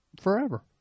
forever